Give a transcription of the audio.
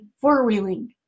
four-wheeling